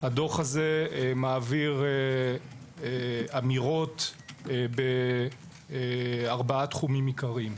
שהדוח הזה מעביר אמירות בארבעה תחומים עיקריים: